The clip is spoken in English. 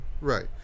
Right